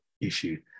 issue